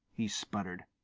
he sputtered.